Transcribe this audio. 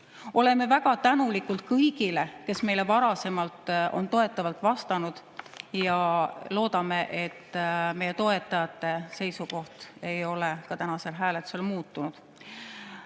Oleme väga tänulikud kõigile, kes meile varasemalt on toetavalt vastanud, ja loodame, et meie toetajate seisukoht ei ole ka tänasel hääletusel muutunud.